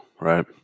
right